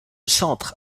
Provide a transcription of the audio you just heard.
centre